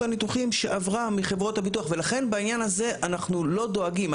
הניתוחים שעברה מחברות הביטוח ולכן בעניין הזה אנחנו לא דואגים.